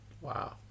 wow